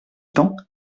temps